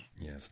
Yes